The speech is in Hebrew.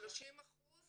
30%